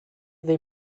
they